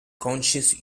conscious